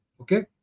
Okay